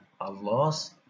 Allah's